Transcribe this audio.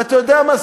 ואתה יודע מה,